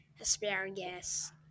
asparagus